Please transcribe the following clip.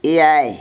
ᱮᱭᱟᱭ